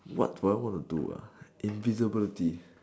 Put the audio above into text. what would I want to do ah invisibility